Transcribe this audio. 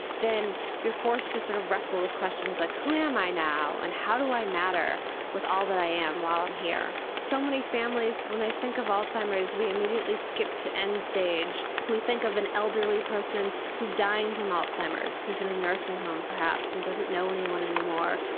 then you're forced to sort of wrestle with questions like who am i now, and how do i matter with all that i am while i'm here. so many families when they think of alzheimer's we immediately skip to end stage, we think of an elderly person who's dying of alzheimer's who's in a nursing home perhaps and doesn't know anyone anymore.